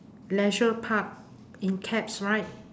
leisure park in caps right